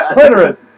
Clitoris